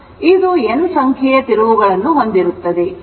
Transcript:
ಇದು n ಸಂಖ್ಯೆಯ ತಿರುವುಗಳನ್ನು ಹೊಂದಿರುತ್ತದೆ